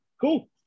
Cool